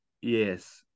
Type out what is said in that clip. Yes